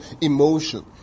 emotion